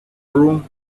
room